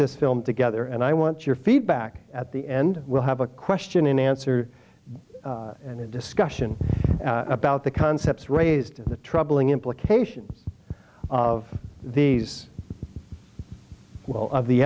this film together and i want your feedback at the end will have a question and answer and a discussion about the concepts raised the troubling implications of these well of the